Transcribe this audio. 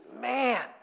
man